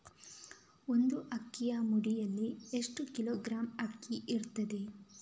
ಒಂದು ಅಕ್ಕಿಯ ಮುಡಿಯಲ್ಲಿ ಎಷ್ಟು ಕಿಲೋಗ್ರಾಂ ಅಕ್ಕಿ ಇರ್ತದೆ?